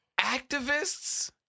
Activists